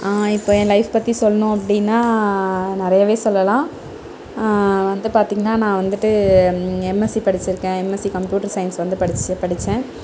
இப்போ என் லைஃப் பற்றி சொல்ணும் அப்படினா நிறையவே சொல்லலாம் வந்து பார்த்திங்ன்னா நான் வந்துட்டு எம்எஸ்சி படிச்சுருக்கேன் எம்எஸ்சி கம்ப்யூட்டர் சயின்ஸ் வந்து படிச்சேன்